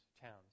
towns